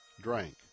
drank